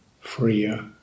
freer